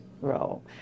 role